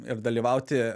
ir dalyvauti